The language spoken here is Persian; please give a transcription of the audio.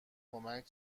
کمک